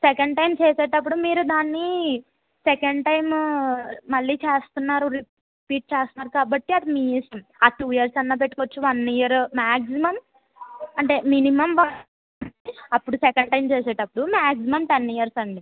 second time చేసేటప్పుడు మీరు దాన్నిసెకండ్ టైం మళ్ళీ చేస్తున్నారు రిపీట్ చేస్తున్నారు కాబట్టి అది మీ ఇష్టం అది టూ ఇయర్స్ అయినా పెట్టుకోవచ్చు వన్ ఇయర్ మ్యాక్సిమం అంటే మినిమమ్ వన్ ఇయర్ అప్పుడు సెకండ్ టైం చేసేటప్పుడు మ్యాక్సిమం టెన్ ఇయర్స్ అండి